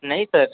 नहीं सर